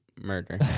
murder